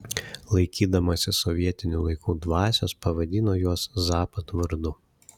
laikydamasi sovietinių laikų dvasios pavadino juos zapad vardu